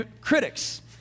critics